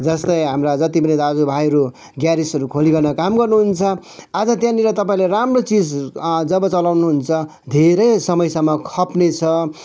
जस्तै हाम्रा जति पनि दाजुभाइहरू ग्यारेजहरू खोलिकन काम गर्नुहुन्छ आज त्यहाँनिर तपाईँहरूले राम्रो चिज जब चलाउनु हुन्छ धेरै समयसम्म खप्ने छ